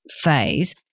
phase